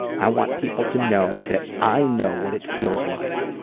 i want people to know that i know what it feels like,